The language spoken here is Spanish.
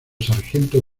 sargento